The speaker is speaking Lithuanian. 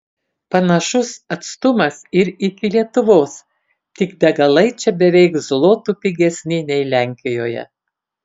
panašus atstumas ir iki lietuvos tik degalai čia beveik zlotu pigesni nei lenkijoje